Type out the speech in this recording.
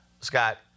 Scott